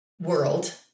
world